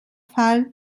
fall